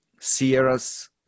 sierra's